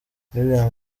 william